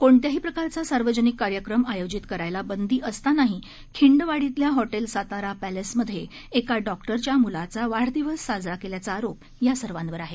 कोणत्याही प्रकारचा सार्वजनिक कार्यक्रम आयोजित करायला बंदी असतानाही खिंडवाडीतल्या हॉटेल सातारा पॅलेसमध्ये एका डॉक्टरच्या मुलाचा वाढदिवस साजरा केल्याचा आरोप या सर्वांवर आहे